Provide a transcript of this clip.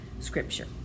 scripture